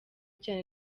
cyane